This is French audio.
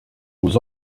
aux